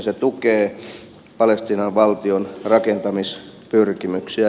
se tukee palestiinan valtion rakentamispyrkimyksiä